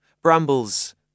Brambles